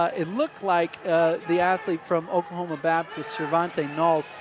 ah it looked like the athlete from oklahoma baptist, shirvante knauls,